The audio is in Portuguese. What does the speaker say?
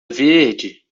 verde